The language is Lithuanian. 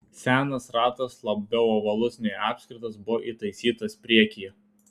senas ratas labiau ovalus nei apskritas buvo įtaisytas priekyje